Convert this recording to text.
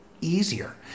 easier